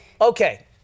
Okay